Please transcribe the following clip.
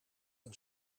een